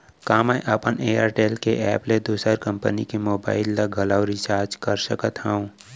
का मैं अपन एयरटेल के एप ले दूसर कंपनी के मोबाइल ला घलव रिचार्ज कर सकत हव?